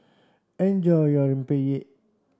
enjoy your Rempeyek